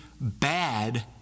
bad